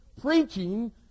preaching